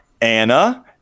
Anna